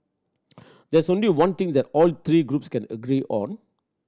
there is only one thing that all three groups can agree on